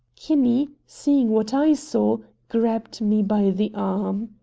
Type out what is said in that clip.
kinney, seeing what i saw, grabbed me by the arm.